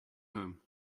home